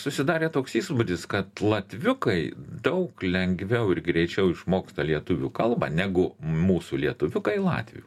susidarė toks įspūdis kad latviukai daug lengviau ir greičiau išmoksta lietuvių kalbą negu mūsų lietuviukai latvių